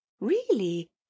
Really